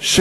ש,